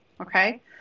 okay